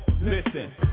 Listen